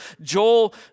Joel